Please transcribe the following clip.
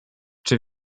czy